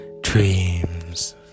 dreams